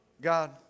God